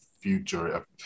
future